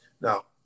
Now